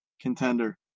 contender